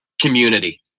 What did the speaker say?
Community